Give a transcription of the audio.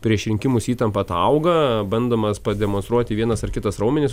prieš rinkimus įtampa atauga bandomas pademonstruoti vienas ar kitas raumenis